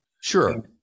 Sure